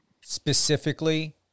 specifically